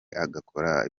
agakora